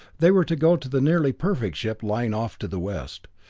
they were to go to the nearly perfect ship lying off to the west.